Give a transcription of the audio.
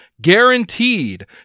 guaranteed